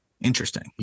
Interesting